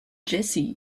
jesse